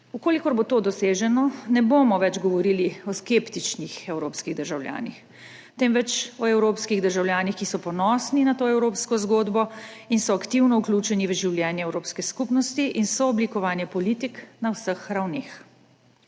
vse. Če bo to doseženo, ne bomo več govorili o skeptičnih evropskih državljanih, temveč o evropskih državljanih, ki so ponosni na to evropsko zgodbo in so aktivno vključeni v življenje evropske skupnosti in sooblikovanje politik na vseh ravneh.